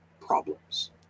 problems